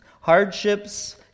hardships